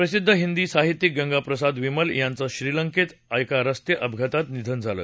प्रसिद्ध हिंदी साहित्यक गंगा प्रसाद विमल यांचं श्रीलंकेत एका रस्ते अपघातात निधन झालं